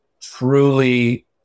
truly